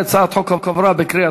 ההצעה להעביר את הצעת חוק החברות (תיקון,